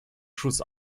schuss